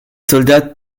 soldats